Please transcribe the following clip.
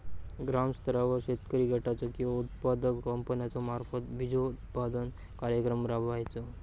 ग्रामस्तरावर शेतकरी गटाचो किंवा उत्पादक कंपन्याचो मार्फत बिजोत्पादन कार्यक्रम राबायचो?